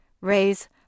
raise